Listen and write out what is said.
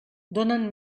donen